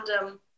random